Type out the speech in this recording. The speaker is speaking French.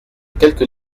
quelques